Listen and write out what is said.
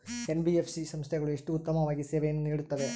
NBFC ಸಂಸ್ಥೆಗಳು ಎಷ್ಟು ಉತ್ತಮವಾಗಿ ಸೇವೆಯನ್ನು ನೇಡುತ್ತವೆ?